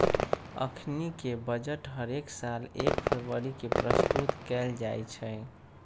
अखनीके बजट हरेक साल एक फरवरी के प्रस्तुत कएल जाइ छइ